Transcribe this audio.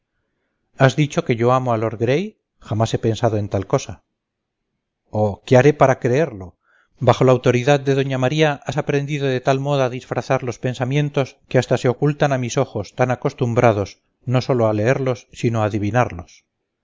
has dicho que yo amo a lord gray jamás he pensado en tal cosa oh qué haré para creerlo bajo la autoridad de doña maría has aprendido de tal modo a disfrazar los pensamientos que hasta se ocultan a mis ojos tan acostumbrados no sólo a leerlos sino a adivinarlos